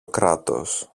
κράτος